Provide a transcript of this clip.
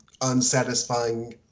unsatisfying